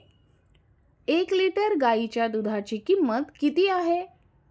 एक लिटर गाईच्या दुधाची किंमत किती आहे?